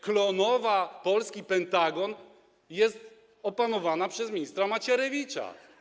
Klonowa, polski Pentagon, jest opanowana przez ministra Macierewicza.